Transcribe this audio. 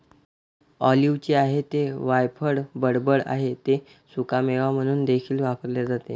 ऑलिव्हचे आहे ते वायफळ बडबड आहे ते सुकामेवा म्हणून देखील वापरले जाते